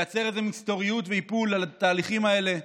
לייצר איזה מסתוריות ואיפול על התהליכים האלה,